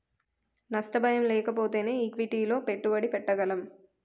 నష్ట భయం లేకపోతేనే ఈక్విటీలలో పెట్టుబడి పెట్టగలం